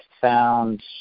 found